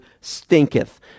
stinketh